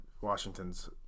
Washington's